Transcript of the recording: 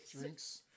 drinks